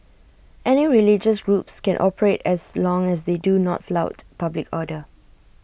any religious groups can operate as long as they do not flout public order